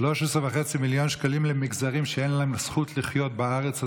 13.5 מיליארד שקלים למגזרים שאין להם הזכות לחיות בארץ הזאת,